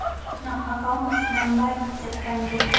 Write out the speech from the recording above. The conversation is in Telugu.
నా అకౌంట్ నంబర్ చెప్పండి?